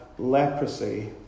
leprosy